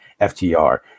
ftr